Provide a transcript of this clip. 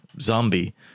Zombie